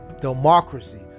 democracy